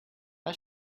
how